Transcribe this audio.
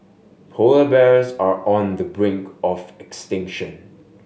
polar bears are on the brink of extinction